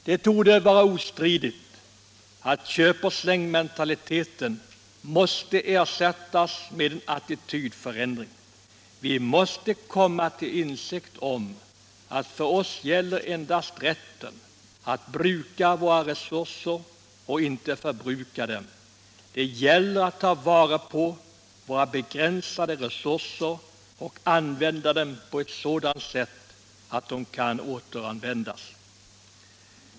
Det torde vara ostridigt att köp-och-släng-mentaliteten måste ersättas med en attitydförändring. Vi måste komma till insikt om att för oss gäller endast rätten att bruka våra resurser, inte förbruka dem. Det gäller att ta vara på våra begränsade resurser och använda dem på ett sådant sätt att de kan återanvändas.